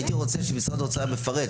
הייתי רוצה שמשרד האוצר יפרט.